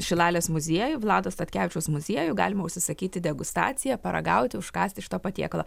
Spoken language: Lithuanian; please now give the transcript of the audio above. šilalės muziejų vlado statkevičiaus muziejų galima užsisakyti degustaciją paragauti užkąsti šito patiekalo